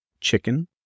chicken